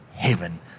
heaven